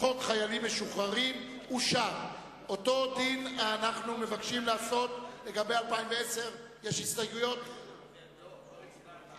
לכן אנחנו עוברים להצביע על הסעיף עצמו,